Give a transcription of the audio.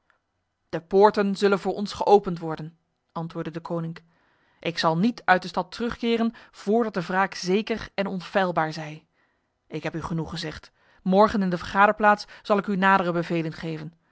de poorten zullen voor ons geopend worden antwoordde deconinck ik zal niet uit de stad terugkeren voordat de wraak zeker en onfeilbaar zij ik heb u genoeg gezegd morgen in de vergaderplaats zal ik u nadere bevelen geven